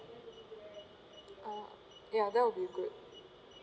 orh ya that will be good